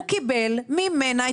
הוא קיבל ממנה.